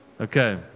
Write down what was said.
Okay